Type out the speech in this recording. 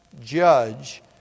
judge